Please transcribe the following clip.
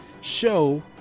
show